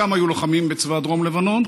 חלקם היו לוחמים בצבא דרום לבנון,